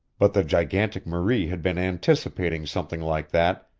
but the gigantic marie had been anticipating something like that,